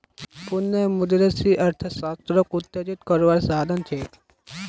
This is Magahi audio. पुनः मुद्रस्फ्रिती अर्थ्शाश्त्रोक उत्तेजित कारवार साधन छे